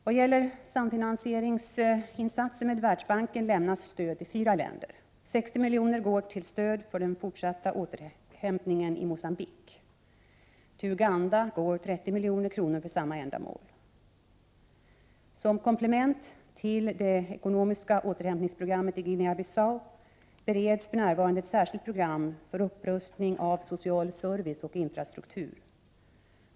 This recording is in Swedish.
Vad gäller samfinansieringsinsatser med Världsbanken lämnas stöd till fyra länder: - 60 miljoner går till stöd för den fortsatta ekonomiska återhämtningen i Mogambique. - Till Uganda går 30 milj.kr. för samma ändamål. - Som komplement till det ekonomiska återhämtningsprogrammet i Guinea Bissau bereds för närvarande ett särskilt program för upprustning av social service och infrastruktur.